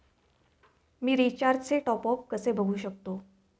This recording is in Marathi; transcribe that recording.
मी रिचार्जचे टॉपअप कसे बघू शकतो?